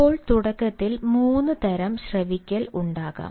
ഇപ്പോൾ തുടക്കത്തിൽ 3 തരം ശ്രവിക്കൽ ഉണ്ടാകാം